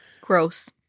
gross